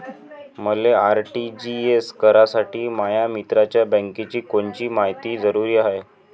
मले आर.टी.जी.एस करासाठी माया मित्राच्या बँकेची कोनची मायती जरुरी हाय?